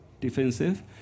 defensive